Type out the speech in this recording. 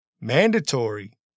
Mandatory